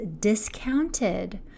discounted